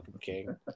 King